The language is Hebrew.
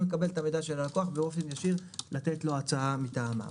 לקבל את המידע של הלקוח באופן ישיר לתת לו הצעה מטעמם.